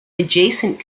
adjacent